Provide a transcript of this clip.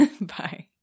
Bye